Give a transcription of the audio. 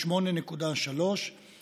8.3%;